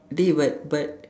dey but but